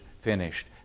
finished